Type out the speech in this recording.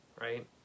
right